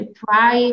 try